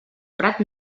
prat